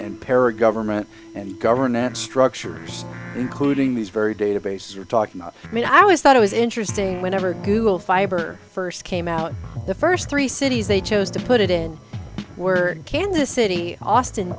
and para government and government structures including these very database you're talking i mean i always thought it was interesting whenever google fiber first came out the first three cities they chose to put it in were kansas city austin